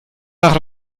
nach